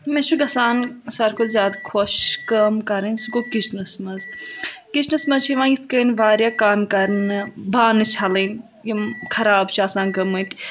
مےٚ چھِ گژھان ساروے کھۄتہٕ زیادٕ خۄش کٲم کَرٕںۍ سُہ گو کِچنَس منٛز کِچنَس منٛز چھِ یوان یِتھ کَنۍ واریاہ کامہِ کَرنہٕ بانہٕ چھلٕنۍ یِم خراب چھِ آسان گٔمٕتۍ